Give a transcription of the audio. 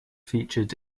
featured